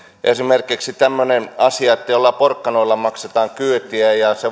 esimerkiksi tämmöinen asia että joillain porkkanoilla maksetaan kyytiä ja ja se